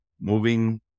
moving